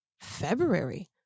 February